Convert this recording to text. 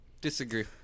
disagree